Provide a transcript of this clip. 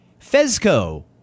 Fezco